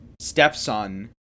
stepson